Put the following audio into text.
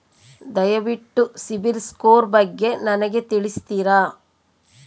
ದಯವಿಟ್ಟು ಸಿಬಿಲ್ ಸ್ಕೋರ್ ಬಗ್ಗೆ ನನಗೆ ತಿಳಿಸ್ತೀರಾ?